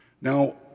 Now